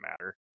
matter